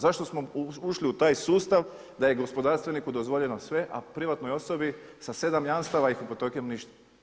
Zašto smo ušli u taj sustav da je gospodarstveniku dozvoljeno sve, a privatnoj osobi sa 7 jamstava i hipotekom ništa.